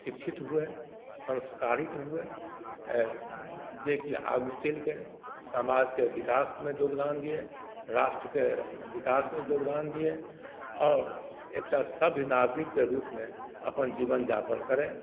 शिक्षित हुअए संस्कारित हुअए जेकि आगू चलिके समाजके विकासमे योगदान दियए राष्ट्रके विकासमे योगदान दियए आओर एकटा सभ्य नागरिकके रूपमे अपन जीवनयापन करए